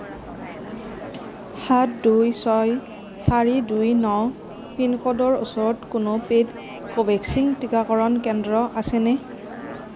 সাত দুই ছয় চাৰি দুই ন পিন ক'ডৰ ওচৰতে কোনো পে'ইড কোভেক্সিন টীকাকৰণ কেন্দ্ৰ আছেনে